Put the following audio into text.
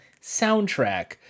soundtrack